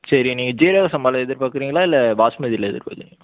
சரி நீங்கள் சீரக சம்பாவில் எதிர் பார்க்குறீங்களா இல்லை பாசுமதில எதிர் பார்க்குறீங்களா